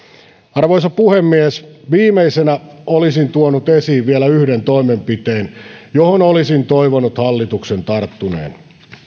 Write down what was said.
arvoisa puhemies viimeisenä olisin tuonut esiin vielä yhden toimenpiteen johon olisin toivonut hallituksen tarttuneen